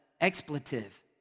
expletive